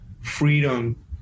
freedom